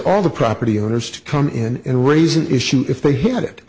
all the property owners to come in and raise an issue if they h